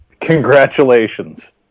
Congratulations